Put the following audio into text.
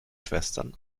schwestern